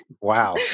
Wow